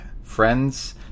Friends